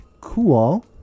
cool